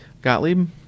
Gottlieb